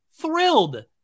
thrilled